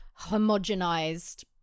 homogenized